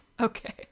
Okay